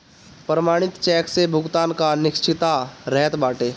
प्रमाणित चेक से भुगतान कअ निश्चितता रहत बाटे